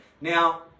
Now